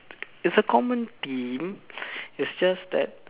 it's a common theme it's just that you know